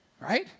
right